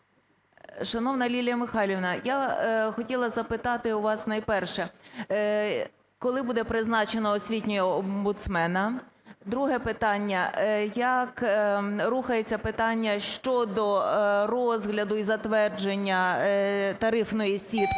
Шановна Лілія Михайлівна, я хотіла запитати у вас найперше, коли буде призначено освітнього омбудсмена? Друге питання: як рухається питання щодо розгляду і затвердження тарифної сітки